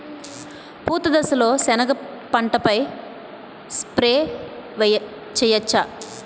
పూత దశలో సెనగ పంటపై స్ప్రే చేయచ్చా?